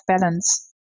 balance